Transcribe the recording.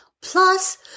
Plus